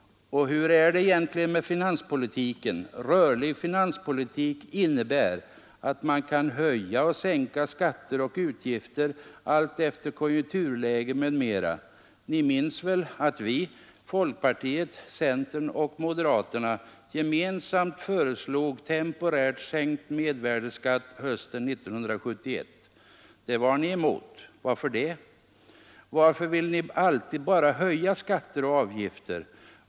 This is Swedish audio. Och hur är det egentligen med finanspolitiken? Rörlig finanspolitik innebär att man kan höja och sänka skatter och utgifter alltefter konjunkturläge m.m. Ni minns väl att vi folkpartiet, centern och moderaterna gemensamt föreslog temporärt sänkt mervärdeskatt hösten 1971? Det var ni emot. Varför det? Varför vill ni alltid bara höja skatter och avgifter?